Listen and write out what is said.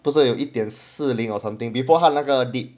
不是有一点四零 or something before 他那个 dip